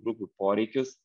grupių poreikius